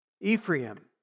Ephraim